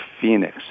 Phoenix